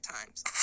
times